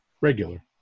regular